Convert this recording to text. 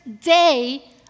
day